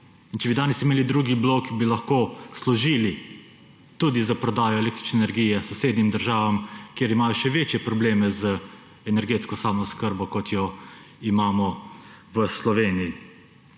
če bi danes imeli drugi blok, bi lahko služili tudi s prodajo električne energije sosednjim državam, kjer imajo še večje probleme z energetsko samooskrbo, kot jo imamo v Sloveniji.